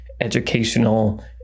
educational